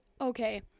Okay